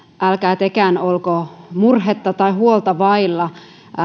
älkää tekään olko murhetta tai huolta vailla